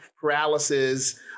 paralysis